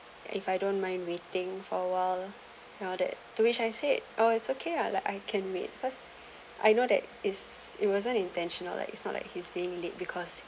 if I don't mind waiting for awhile and all that to which I said oh it's okay lah like I can wait cause I know that is it wasn't intentional like it's not like he's being late because